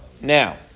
Now